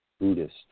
Buddhist